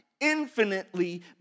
infinitely